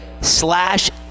slash